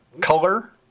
color